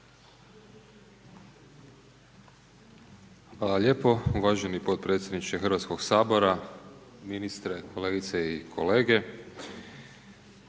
Hvala gospodine podpredsjedniče Hrvatskog sabora, poštovane kolegice i kolege.